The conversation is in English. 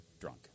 drunk